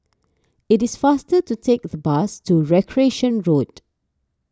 it is faster to take the bus to Recreation Road